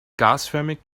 gasförmig